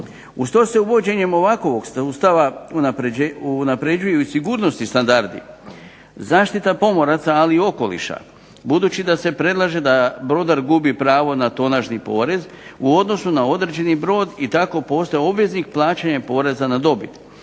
Uz to se uvođenjem ovakvog sustava unapređuju sigurnosni standardi. Zaštita pomoraca i okoliša budući da se predlaže da brodar gubi pravo na tonažni porez u odnosu na određeni brod i tako postaje obveznik plaćanja poreza na dobit.